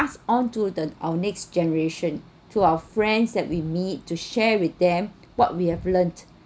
pass onto the our next generation to our friends that we meet to share with them what we have learnt